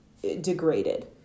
degraded